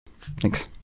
Thanks